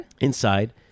inside